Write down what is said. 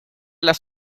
las